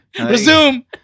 Resume